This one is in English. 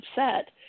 upset